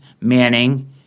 Manning